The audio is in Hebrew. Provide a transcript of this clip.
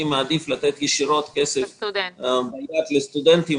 אני מעדיף לתת ישירות כסף ביד לסטודנטים